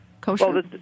kosher